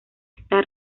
esta